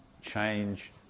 change